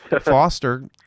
Foster